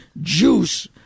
juice